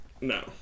no